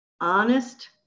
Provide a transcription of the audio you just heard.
honest